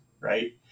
right